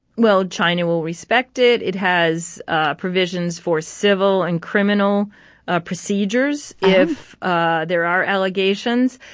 well, china will respect it. it has ah provisions for civil and criminal ah procedures if ah there are allegations.